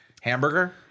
hamburger